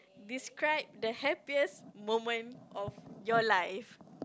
describe the happiest moment of your life